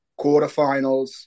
quarterfinals